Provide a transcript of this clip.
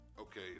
Okay